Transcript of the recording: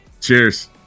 Cheers